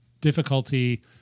difficulty